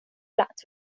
flats